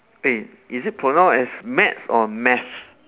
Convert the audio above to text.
hey is it pronounce as maths or math